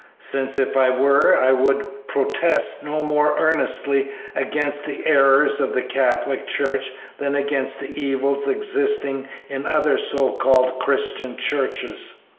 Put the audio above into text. since, if i were, i would protest no more earnestly against the errors of the catholic church than against the evils existing in other so-called christian churches.